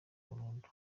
burundu